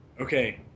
okay